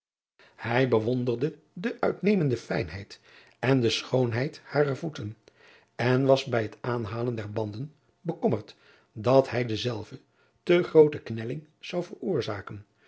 ij bewonderde de uitnemende fijnheid en schoonheid harer voeten en was bij het aanhalen der banden bekommerd dat hij dezelve te groote knelling zou veroorzaken